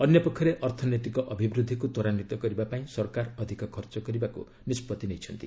ଅନ୍ୟ ପକ୍ଷରେ ଅର୍ଥନୈତିକ ଅଭିବୃଦ୍ଧିକୁ ତ୍ୱରାନ୍ୱିତ କରିବା ପାଇଁ ସରକାର ଅଧିକ ଖର୍ଚ୍ଚ କରିବାକୁ ନିଷ୍ପଭି ନେଇଛନ୍ତି